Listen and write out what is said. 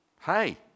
Hey